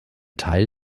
teil